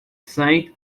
site